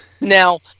Now